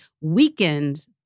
weakened